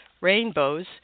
rainbows